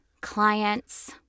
clients